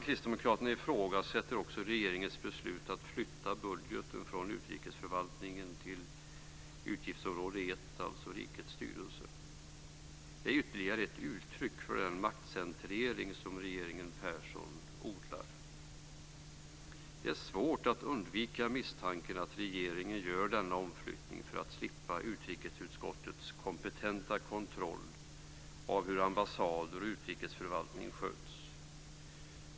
Kristdemokraterna ifrågasätter också regeringens beslut att flytta budgeten för utrikesförvaltningen till utgiftsområde 1, alltså Rikets styrelse. Det är ytterligare ett uttryck för den maktcentrering som regeringen Persson odlar. Det är svårt att undvika misstanken att regeringen gör denna omflyttning för att slippa utrikesutskottets kompetenta kontroll av hur ambassader och utrikesförvaltning sköts.